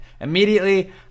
immediately